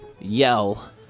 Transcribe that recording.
Yell